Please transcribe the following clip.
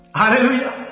Hallelujah